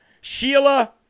Sheila